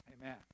Amen